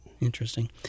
interesting